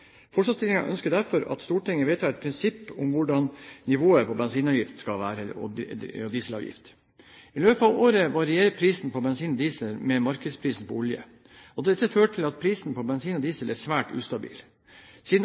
ønsker derfor at Stortinget vedtar et prinsipp om hvordan nivået på bensin- og dieselavgiften skal være. I løpet av året varierer prisene på bensin og diesel med markedsprisen på olje, og dette fører til at prisen på bensin og diesel er svært ustabil. Siden